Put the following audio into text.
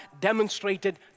demonstrated